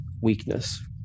weakness